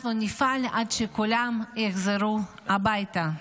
אנחנו נפעל עד שכולם יחזרו הביתה.